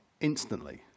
instantly